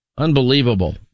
Unbelievable